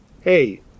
Hey